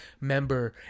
member